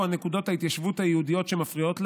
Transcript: נקודות ההתיישבות היהודיות שמפריעות להם,